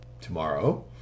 tomorrow